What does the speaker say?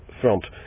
front